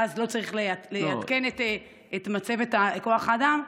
ואז לא צריך לעדכן את מצבת כוח האדם,